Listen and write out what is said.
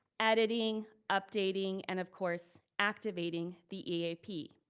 editing, updating and of course, activating the eap.